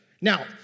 Now